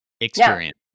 experience